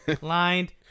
lined